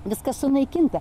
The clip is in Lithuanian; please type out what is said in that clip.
viskas sunaikinta